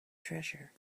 treasure